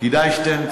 כדאי שאתם,